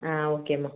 ஆ ஓகேம்மா